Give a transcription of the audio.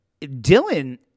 Dylan